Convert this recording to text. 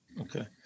Okay